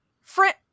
Friend